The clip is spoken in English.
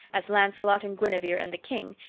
as lancelot and guinevere and the king,